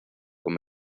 con